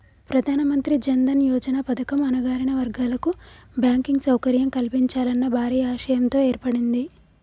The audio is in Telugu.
ప్రధానమంత్రి జన్ దన్ యోజన పథకం అణగారిన వర్గాల కు బ్యాంకింగ్ సౌకర్యం కల్పించాలన్న భారీ ఆశయంతో ఏర్పడింది